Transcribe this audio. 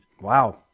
wow